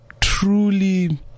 truly